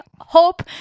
hope